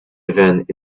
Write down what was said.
event